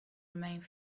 remained